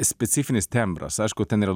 specifinis tembras aišku ten yra